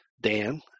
Dan